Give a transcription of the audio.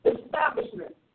establishment